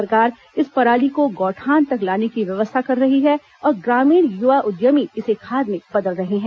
सरकार इस पराली को गौठान तक लाने की व्यवस्था कर रही है और ग्रामीण युवा उद्यमी इसे खाद में बदल रहे है